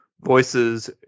voices